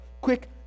quick